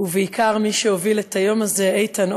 ובעיקר מי שהוביל את היום הזה: איתן,